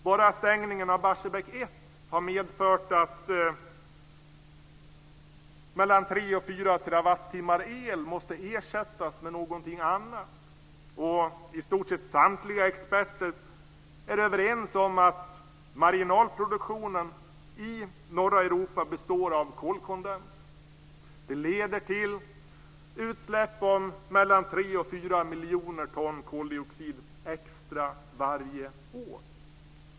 Bara stängningen av Barsebäck 1 har medfört att 3-4 terawattimmar el måste ersättas med någonting annat. I stort sett samtliga experter är överens om att marginalproduktionen i norra Europa består av kolkondens. Det leder till utsläpp om 3-4 miljoner ton koldioxid extra varje år.